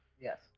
Yes